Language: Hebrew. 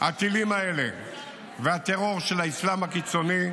הטילים האלה והטרור של האסלאם הקיצוני,